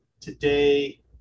today